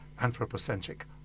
anthropocentric